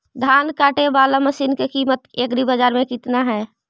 धान काटे बाला मशिन के किमत एग्रीबाजार मे कितना है?